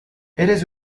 eres